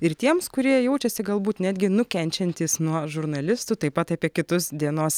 ir tiems kurie jaučiasi galbūt netgi nukenčiantys nuo žurnalistų taip pat apie kitus dienos